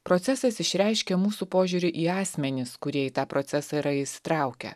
procesas išreiškia mūsų požiūrį į asmenis kurie į tą procesą yra įsitraukę